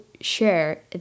share